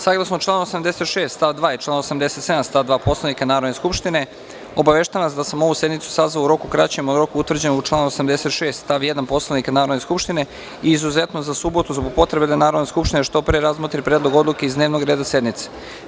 Saglasno članu 86. stav 2 i članu 87. stav 2. Poslovnika Narodne skupštine, obaveštavam vas da sam ovu sednicu sazvao u roku kraćem od roka utvrđenog u članu 86. stav 1. Poslovnika Narodne skupštine, izuzetno za subotu zbog potrebe da Narodna skupština što pre razmotri predlog odluke iz dnevnog reda sednice.